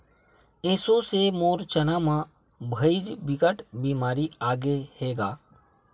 एसो से मोर चना म भइर बिकट बेमारी आगे हे गा